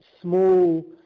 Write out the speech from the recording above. small